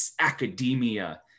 academia